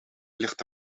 ligt